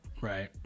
Right